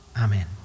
Amen